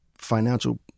financial